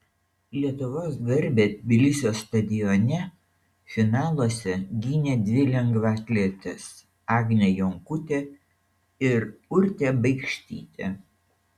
lietuvos garbę tbilisio stadione finaluose gynė dvi lengvaatletės agnė jonkutė ir urtė baikštytė